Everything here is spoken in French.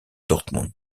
dortmund